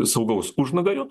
saugaus užnugario